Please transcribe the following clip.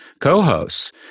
co-hosts